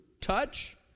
touch